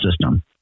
system